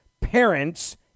parents